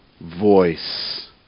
voice